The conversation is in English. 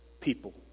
people